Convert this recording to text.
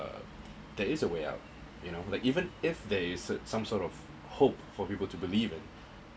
uh there is a way out you know like even if there is a some sort of hope for people to believe it